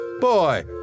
Boy